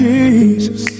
Jesus